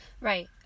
right